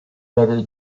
better